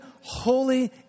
holy